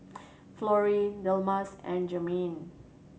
Florrie Delmas and Jermain